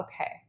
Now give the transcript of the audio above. okay